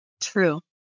True